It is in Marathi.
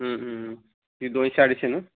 ती दोन अडीचशे ना